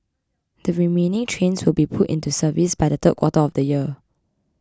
the remaining trains will be put into service by the third quarter of the year